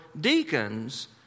deacons